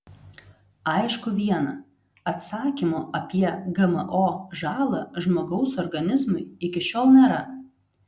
aišku viena atsakymo apie gmo žalą žmogaus organizmui iki šiol nėra